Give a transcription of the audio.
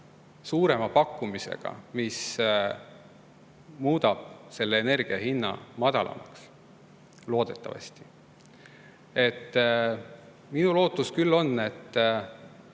suurema pakkumisega, mis muudab energia hinna madalamaks. Loodetavasti. Minu lootus on küll, et